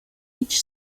each